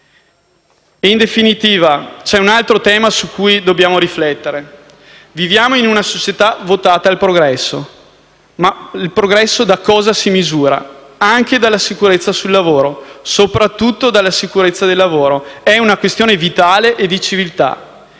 In definitiva, c'è un altro tema su cui dobbiamo riflettere. Viviamo in una società votata al progresso, che però si misura anche dalla sicurezza sul lavoro, soprattutto dalla sicurezza del lavoro: è una questione vitale e di civiltà.